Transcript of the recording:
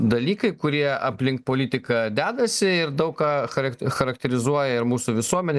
dalykai kurie aplink politiką dedasi ir daug ką charek charakterizuoja ir mūsų visuomenei